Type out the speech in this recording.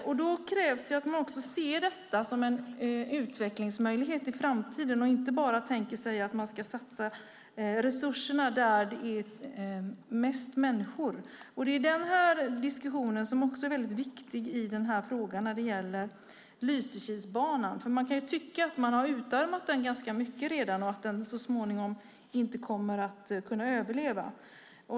Därför krävs det att man ser den som en utvecklingsmöjlighet i framtiden och inte bara tänker sig att satsa resurserna där det finns flest människor. Den diskussionen är viktig också när det gäller Lysekilsbanan. Det kan tyckas att den redan har utarmats ganska mycket och att den så småningom inte kommer att kunna överleva.